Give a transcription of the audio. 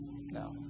no